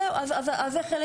אז זהו, אז זה חלק